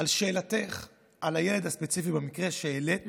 לשאלתך על הילד הספציפי במקרה שהעלית,